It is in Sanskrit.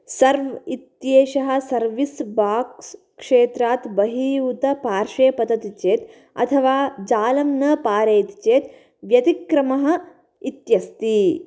सर्व् इत्येषः सर्विस् बाक्स् क्षेत्रात् बहिः उत पार्श्वे पतति चेत् अथवा जालं न पारयति चेत् व्यतिक्रमः इत्यस्ति